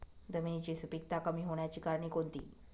जमिनीची सुपिकता कमी होण्याची कारणे कोणती?